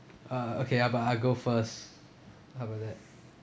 ah okay how about I go first how about that